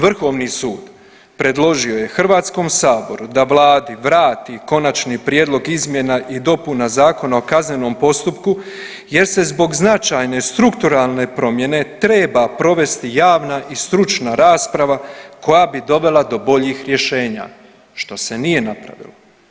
Vrhovni sud predložio je HS-u da vladi vrati konačni prijedlog izmjena i dopuna Zakona o kaznenom postupku jer se zbog značajne strukturalne promjene treba provesti javna i stručna rasprava koja bi dovela do boljih rješenja, što se nije napravilo.